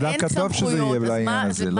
זה דווקא טוב שזה יהיה בעניין הזה.